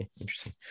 interesting